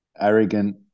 arrogant